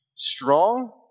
strong